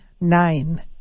nine